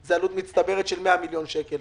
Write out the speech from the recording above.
זה עלות מצטברת של 100 מיליוני שקלים.